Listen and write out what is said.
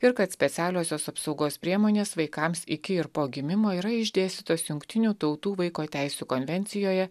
ir kad specialiosios apsaugos priemonės vaikams iki ir po gimimo yra išdėstytos jungtinių tautų vaiko teisių konvencijoje